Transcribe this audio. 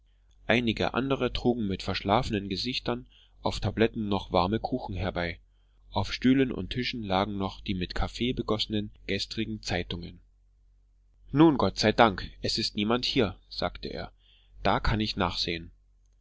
einige andere trugen mit verschlafenen gesichtern auf tabletten noch warme kuchen herbei auf stühlen und tischen lagen noch die mit kaffee begossenen gestrigen zeitungen nun gott sei dank es ist niemand hier sagte er da kann ich nachsehen